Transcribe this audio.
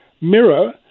mirror